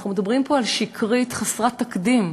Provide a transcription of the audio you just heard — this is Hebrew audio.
אנחנו מדברים פה על שקרית חסרת תקדים.